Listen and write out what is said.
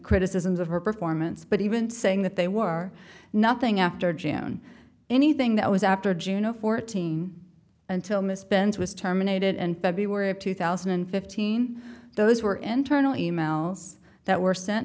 criticisms of her performance but even saying that they were nothing after june anything that was after june of fourteen until misspend was terminated in february of two thousand and fifteen those were internal e mails that were sent